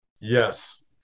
Yes